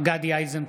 גדי איזנקוט,